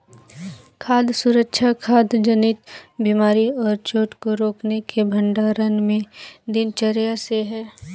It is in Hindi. खाद्य सुरक्षा खाद्य जनित बीमारी और चोट को रोकने के भंडारण में दिनचर्या से है